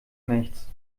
nichts